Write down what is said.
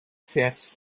fährt